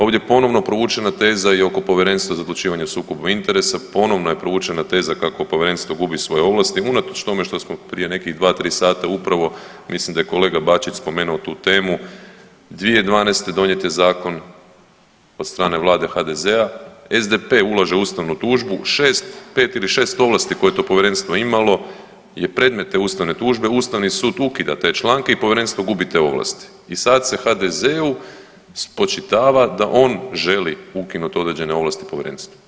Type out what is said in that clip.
Ovdje ponovno provučena teza je oko Povjerenstva za odlučivanje o sukobu interesa, ponovno je provučena teza kako Povjerenstvo gubi svoje ovlasti unatoč tome što smo prije nekih 2, 3 sata upravo mislim da je kolega Bačić spomenuo tu temu, 2012. donijet je zakon od strane Vlade HDZ-a, SDP ulaže ustavnu tužbu, 6, 5 ili 6 ovlasti koje je to Povjerenstvo imali je predmete ustavne tužbe, Ustavni sud ukida te članke i Povjerenstvo gubi te ovlasti i sad se HDZ-u spočitava da on želi ukinuti određene ovlasti Povjerenstvu.